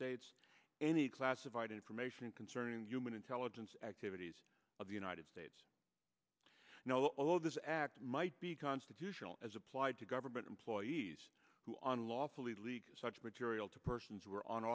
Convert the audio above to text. states any classified information concerning human intelligence activities of the united states and all of this act might be constitutional as applied to government employees who on lawfully leak such material to persons were on